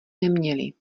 neměli